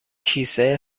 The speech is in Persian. کیسه